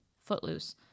footloose